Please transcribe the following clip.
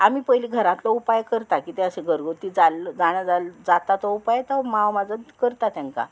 आमी पयली घरांतलो उपाय करता कितें अशें घरगुती जाल्लो जाणा जाल्लो जाता तो उपाय तो मांव माजो करता तांकां